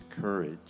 courage